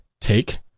take